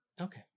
Okay